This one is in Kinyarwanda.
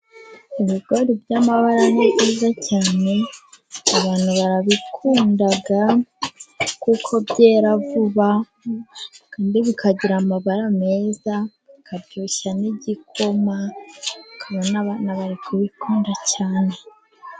Ibigori by'amabara ni byiza cyane abantu barabikunda, kuko byera vuba kandi bikagira amabara meza, bikaryoshya n'igikoma, ukabona abana bari kubikunda cyane.